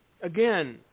Again